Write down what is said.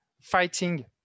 fighting